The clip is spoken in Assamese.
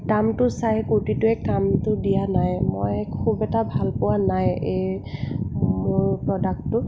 দামটো চাই কুৰ্তীটোৱে কামটো দিয়া নাই মই খুব এটা ভালপোৱা নাই এই মোৰ প্ৰডাক্টটো